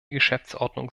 geschäftsordnung